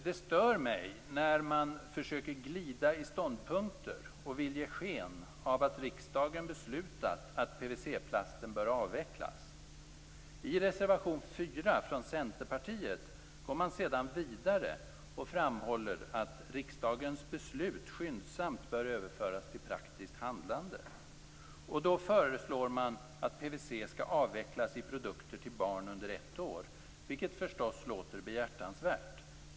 Det stör mig när man försöker glida i ståndpunkter och vill ge sken av att riksdagen beslutat att PVC plasten bör avvecklas. I reservation 4 från Centerpartiet går man sedan vidare och framhåller att riksdagens beslut skyndsamt bör överföras till praktiskt handlande. Och då föreslår man att PVC skall avvecklas i produkter till barn under ett år, vilket förstås låter behjärtansvärt.